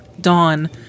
dawn